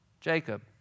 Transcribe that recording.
Jacob